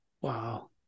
wow